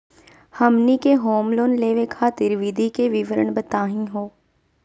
हमनी के home loan लेवे खातीर विधि के विवरण बताही हो?